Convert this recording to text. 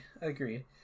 agreed